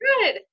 Good